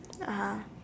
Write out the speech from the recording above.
(uh huh)